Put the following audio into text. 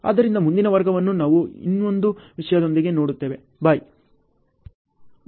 ಆದ್ದರಿಂದ ಮುಂದಿನ ವರ್ಗವನ್ನು ನಾವು ಇನ್ನೊಂದು ವಿಷಯದೊಂದಿಗೆ ನೋಡುತ್ತೇವೆ ಬೈ